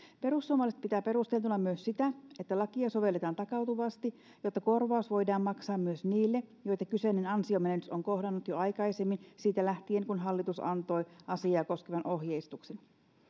perussuomalaiset pitää perusteltuna myös sitä että lakia sovelletaan takautuvasti jotta korvaus voidaan maksaa myös niille joita kyseinen ansiomenetys on kohdannut jo aikaisemmin siitä lähtien kun hallitus antoi asiaa koskevan ohjeistuksen